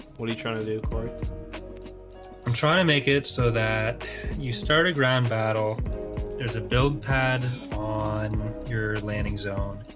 what are you trying to do cory i'm trying to make it so that you start a ground battle there's a build pad on your landing zone.